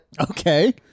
Okay